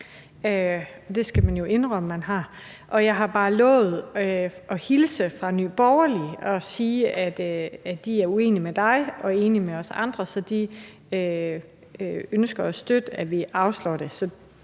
det skal man jo indrømme at man har. Jeg har bare lovet at hilse fra Nye Borgerlige og sige, at de er uenige med dig og er enige med os andre, så de ønsker at støtte, at vi afslår det